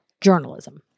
journalism